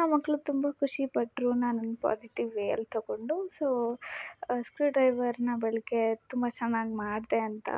ಆ ಮಕ್ಕಳು ತುಂಬಾ ಖುಷಿಪಟ್ಟರು ನಾನೊಂದು ಪೋಸಿಟಿವ್ ವೇಯಲ್ಲಿ ತಗೊಂಡು ಸೋ ಸ್ಕ್ರೂಡ್ರೈವರ್ನ ಬಳಕೆ ತುಂಬಾ ಚೆನ್ನಾಗಿ ಮಾಡಿದೆ ಅಂತ